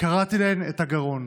קרעתי להן את הגרון.